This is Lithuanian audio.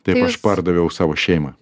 taip aš pardaviau savo šeimą